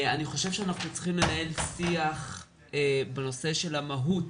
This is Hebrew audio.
אני חושב שאנחנו צריכים לנהל שיח בנושא של המהות